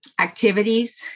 activities